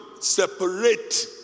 Separate